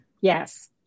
Yes